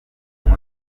muri